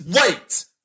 Wait